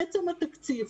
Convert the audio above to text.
עצם התקציב.